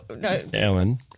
Ellen